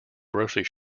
grocery